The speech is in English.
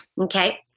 Okay